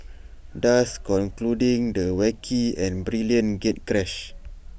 thus concluding the wacky and brilliant gatecrash